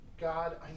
God